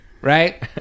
Right